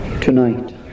Tonight